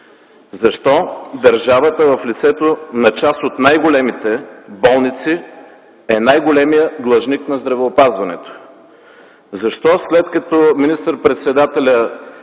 Защо държавата, в лицето на част от най-големите болници, е най-големият длъжник на здравеопазването? Защо, след като министър-председателят